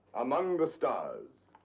among the stars.